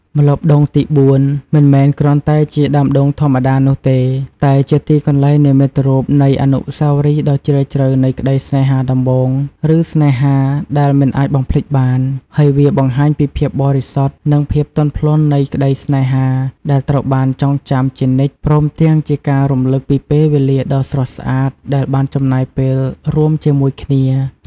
ម្លប់ដូងទីបួ មិនមែនគ្រាន់តែជាដើមដូងធម្មតានោះទេ តែជាទីកន្លែងនិមិត្តរូបនៃអនុស្សាវរីយ៍ដ៏ជ្រាលជ្រៅនៃក្តីស្នេហាដំបូង ឬស្នេហាដែលមិនអាចបំភ្លេចបាន ហើយវាបង្ហាញពីភាពបរិសុទ្ធ និងភាពទន់ភ្លន់នៃក្តីស្នេហា ដែលត្រូវបានចងចាំជានិច្ច ព្រមទាំងជាការរំលឹកពីពេលវេលាដ៏ស្រស់ស្អាតដែលបានចំណាយពេលរួមជាមួយគ្នា។